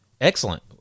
Excellent